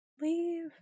Leave